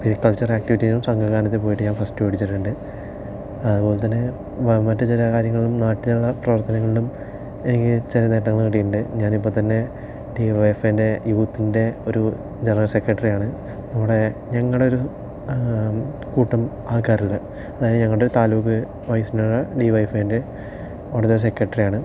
പിന്നെ കൾച്ചറൽ ആക്റ്റിവിറ്റിയിലും സംഘ ഗാനത്തിന് പോയിട്ട് ഞാൻ ഫസ്റ്റ് മേടിച്ചിട്ടുണ്ട് അതുപോലെത്തന്നെ മറ്റുചില കാര്യങ്ങളും നാട്ടിലുള്ള പ്രവർത്തനങ്ങളിലും എനിക്ക് ചെറിയ നേട്ടങ്ങൾ കിട്ടിയിട്ടുണ്ട് ഞാനിപ്പോൾത്തന്നെ ഡി വൈ എഫ് ഐ ൻ്റെ യൂത്തിൻ്റെ ഒരു ജനറൽ സെക്രട്ടറിയാണ് നമ്മുടെ ഞങ്ങളുടെ ഒരു കൂട്ടം ആൾക്കാരുടെ അതായത് ഞങ്ങളുടെ താലൂക്ക് ഡി വൈ എഫ് ഐൻ്റെ അവിടത്തെ സെക്രട്ടറിയാണ്